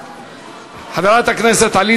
כאן, שהכנסתו לא פחותה